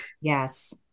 Yes